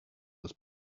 los